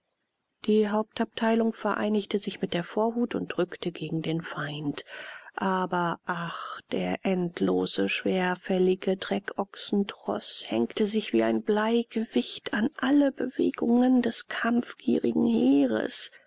die hauptabteilung vereinigte sich mit der vorhut und rückte gegen den feind aber ach der endlose schwerfällige treckochsentroß hängte sich wie ein bleigewicht an alle bewegungen des kampfgierigen heeres